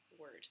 word